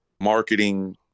marketing